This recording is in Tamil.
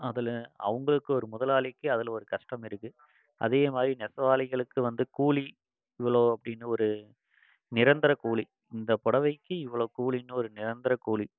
அதில் அவங்களுக்கு ஒரு முதலாளிக்கு அதில் ஒரு கஷ்டம் இருக்குது அதேயே மாதிரி நெசவாளிகளுக்கு வந்து கூலி இவ்வளோ அப்டின்னு ஒரு நிரந்தர கூலி இந்த புடவைக்கி இவ்வளோ கூலின்னு ஒரு நிரந்தர கூலி